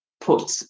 put